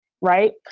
right